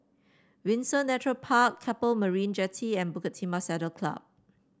Windsor Nature Park Keppel Marina Jetty and Bukit Timah Saddle Club